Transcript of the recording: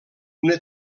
una